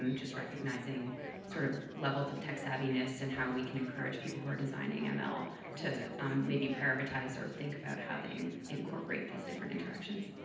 just recognizing sort of levels of tech savviness and how we can encourage people who are designing ml to maybe prioritize or think about how they incorporate these different interactions?